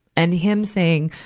and him saying,